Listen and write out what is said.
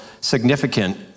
significant